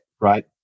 right